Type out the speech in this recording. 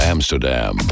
Amsterdam